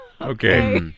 Okay